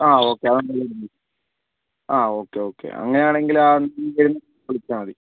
ആ ഓക്കേ ആ okay okay അങ്ങനെയാണെങ്കിൽ ഇനി വരുമ്പോൾ വിളിച്ചാൽ മതി